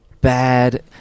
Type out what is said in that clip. bad